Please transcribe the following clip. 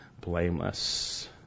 blameless